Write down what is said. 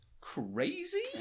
Crazy